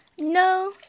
No